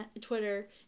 Twitter